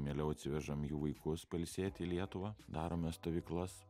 mieliau atsivežam jų vaikus pailsėt į lietuvą darome stovyklas